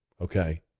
okay